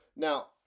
Now